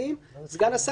(1)בסעיף 26(5),